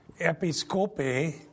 episcope